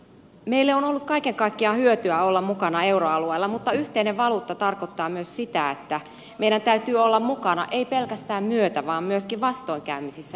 meille on ollut kaiken kaikkiaan hyötyä olla mukana euroalueella mutta yhteinen valuutta tarkoittaa myös sitä että meidän täytyy olla mukana ei pelkästään myötä vaan myöskin vastoinkäymisissä euromaiden kanssa